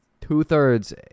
two-thirds